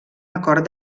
acord